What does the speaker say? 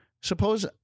suppose